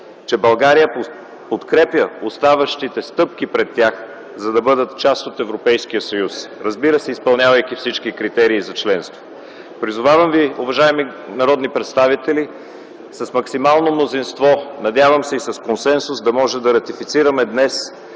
че България подкрепя оставащите стъпки пред тях, за да бъдат част от Европейския съюз, разбира се, изпълнявайки всички критерии за членство. Призовавам ви, уважаеми народни представители, с максимално мнозинство, надявам се и с консенсус да може да ратифицираме днес